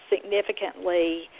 significantly